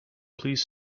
please